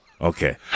Okay